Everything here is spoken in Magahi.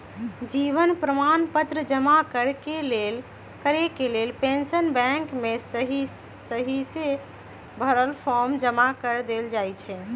जीवन प्रमाण पत्र जमा करेके लेल पेंशन बैंक में सहिसे भरल फॉर्म जमा कऽ देल जाइ छइ